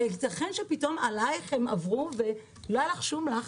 הייתכן שעלייך הם פתאום עברו ולא היה עלייך שום לחץ?